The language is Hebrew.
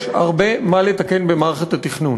יש הרבה מה לתקן במערכת התכנון,